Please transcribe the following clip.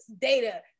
data